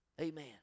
Amen